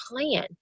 plan